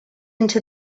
into